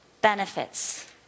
benefits